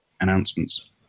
announcements